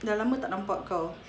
dah lama tak nampak kau